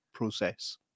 process